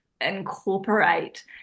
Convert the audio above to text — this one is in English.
incorporate